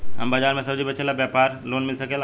हमर बाजार मे सब्जी बेचिला और व्यापार लोन मिल सकेला?